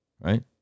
Right